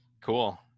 cool